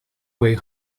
way